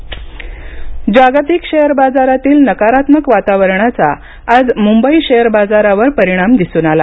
share निर्देशांक जागतिक share बाजारातील नकारात्मक वातावरणाचा आज मुंबई शेअर बाजारावर दिसून आला